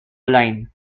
line